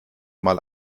mal